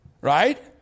right